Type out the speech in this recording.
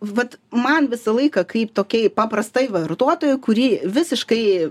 vat man visą laiką kaip tokiai paprastai vartotojai kuri visiškai